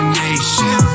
nation